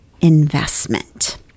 investment